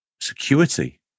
security